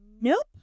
Nope